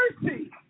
mercy